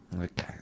Okay